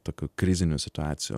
tokių krizinių situacijų